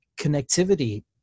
connectivity